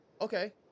Okay